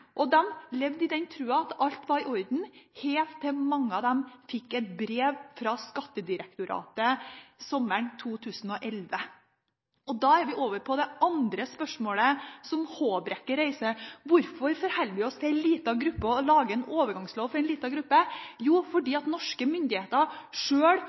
og de levde i den tro at alt var i orden helt til mange av dem fikk et brev fra Skattedirektoratet sommeren 2011. Da er vi over på det andre spørsmålet Håbrekke reiser: Hvorfor forholder vi oss til en liten gruppe og lager en overgangslov for den? Jo, fordi norske myndigheter sjøl